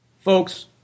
folks